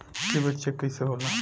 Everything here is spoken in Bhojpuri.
सिबिल चेक कइसे होला?